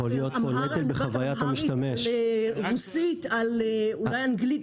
אני מדברת על רוסית, אולי אנגלית.